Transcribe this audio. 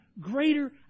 greater